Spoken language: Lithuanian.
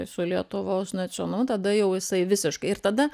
su lietuvos nacionalu tada jau jisai visiškai ir tada